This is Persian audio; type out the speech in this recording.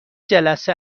جلسه